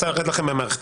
צריך לצאת לכם מהמערכת,